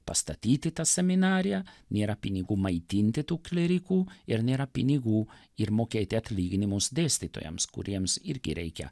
pastatyti tą seminariją nėra pinigų maitinti tų klierikų ir nėra pinigų ir mokėti atlyginimus dėstytojams kuriems irgi reikia